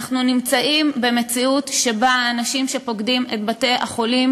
אנחנו נמצאים במציאות שבה האנשים שפוקדים את בתי-החולים